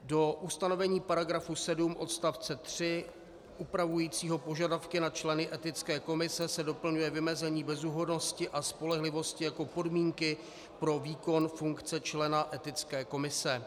Do ustanovení § 7 odst. 3 upravujícího požadavky na členy Etické komise se doplňuje vymezení bezúhonnosti a spolehlivosti jako podmínky pro výkon funkce člena Etické komise.